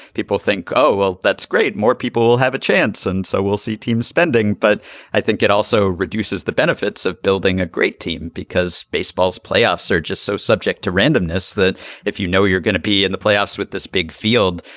people think, oh, well, that's great. more people will have a chance and so we'll see teams spending. but i think it also reduces the benefits of building a great team because baseball's playoffs are just so subject to randomness that if you know you're going to be in the playoffs with this big field,